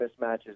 mismatches